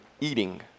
eating